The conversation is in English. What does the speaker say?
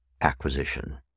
acquisition